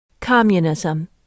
Communism